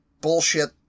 bullshit